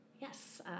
yes